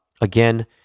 again